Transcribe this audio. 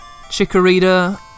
Chikorita